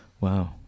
Wow